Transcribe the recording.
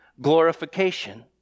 glorification